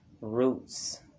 roots